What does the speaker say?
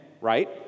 right